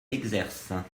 exercent